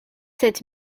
sept